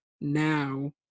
now